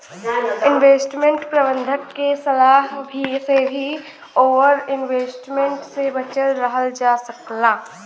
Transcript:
investment प्रबंधक के सलाह से भी ओवर इन्वेस्टमेंट से बचल रहल जा सकला